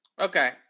Okay